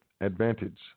advantage